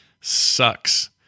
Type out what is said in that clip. sucks